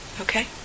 Okay